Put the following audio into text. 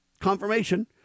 confirmation